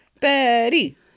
Betty